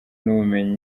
n’ubumenyi